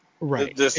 Right